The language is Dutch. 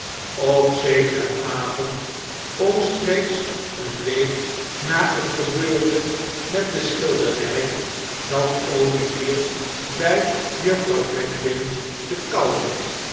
op zekeren avond omstreeks eene week na het gebeurde met de schilderij zat olivier bij juffrouw bedwin te kouten